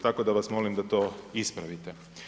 Tako da vas molim da to ispravite.